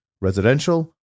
residential